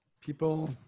people